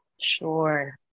sure